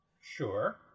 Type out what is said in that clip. sure